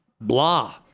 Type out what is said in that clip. blah